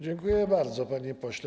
Dziękuję bardzo, panie pośle.